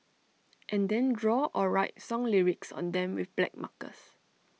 and then draw or write song lyrics on them with black markers